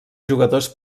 jugadors